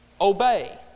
obey